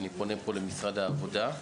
אני פונה למשרד העבודה,